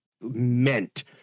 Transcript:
meant